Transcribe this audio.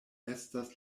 estas